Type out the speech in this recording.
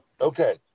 Okay